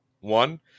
One